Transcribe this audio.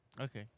Okay